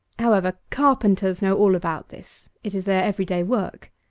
however, carpenters know all about this. it is their every-day work.